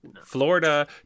florida